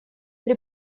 при